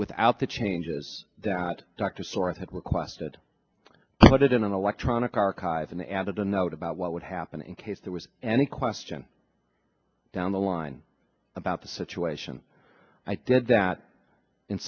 without the changes that dr stuart had requested put it in an electronic archive and added a note about what would happen in case there was any question down the line about the situation i did that